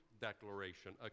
declaration